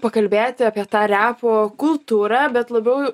pakalbėti apie tą repo kultūra bet labiau